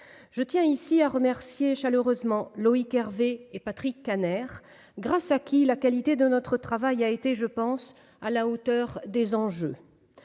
Je tiens ici à remercier chaleureusement Loïc Hervé et Patrick Kanner, grâce à qui la qualité de notre travail a été, je pense, à la hauteur des enjeux.